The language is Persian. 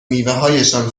میوههایشان